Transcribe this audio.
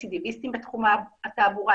רצידיוויסטים בתחום התעבורה,